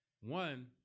one